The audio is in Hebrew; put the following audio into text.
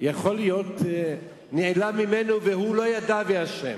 ויכול להיות "נעלם ממנו והוא לא ידע ואשם",